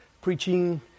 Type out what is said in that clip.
preaching